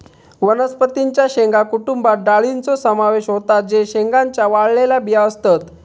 वनस्पतीं च्या शेंगा कुटुंबात डाळींचो समावेश होता जे शेंगांच्या वाळलेल्या बिया असतत